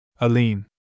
Aline